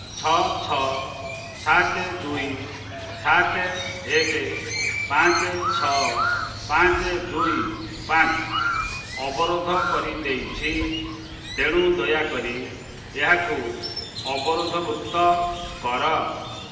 ଛଅ ଛଅ ସାତ ଦୁଇ ସାତ ଏକ ପାଞ୍ଚ ଛଅ ପାଞ୍ଚ ଦୁଇ ପାଞ୍ଚ ଅବରୋଧ କରିଦେଇଛି ତେଣୁ ଦୟାକରି ଏହାକୁ ଅବରୋଧମୁକ୍ତ କର